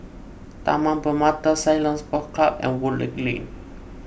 Taman Permata Ceylon Sports Club and Woodleigh Lane